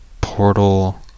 Portal